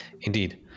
Indeed